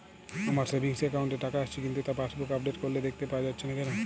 আমার savings account এ টাকা আসছে কিন্তু তা পাসবুক আপডেট করলে দেখতে পাওয়া যাচ্ছে না কেন?